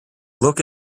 look